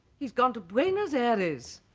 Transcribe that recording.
he's gone to buenos aires.